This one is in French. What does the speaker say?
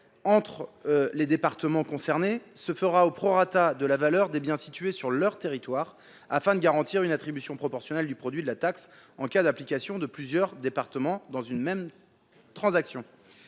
entre les départements concernés se ferait au prorata de la valeur des biens situés sur leur territoire, afin de garantir une attribution proportionnelle du produit de la taxe en cas d’implication de plusieurs départements dans une même transaction.